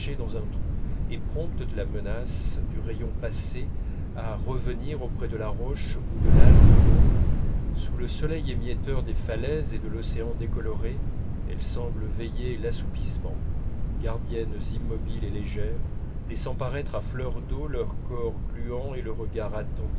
dans un trou et promptes la menace du rayon passée à revenir auprès de la roche ou de l'algue sous le soleil émietteur des falaises et de l'océan décoloré dont elles semblent veiller l'assoupissement gardiennes immobiles et légères laissant paraître à fleur d'eau leur corps gluant et le regard